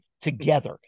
together